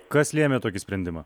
kas lėmė tokį sprendimą